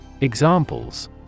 Examples